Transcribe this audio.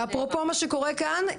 ואפרופו מה שקורה כאן,